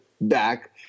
Back